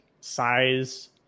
size